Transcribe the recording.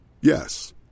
Yes